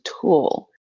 tool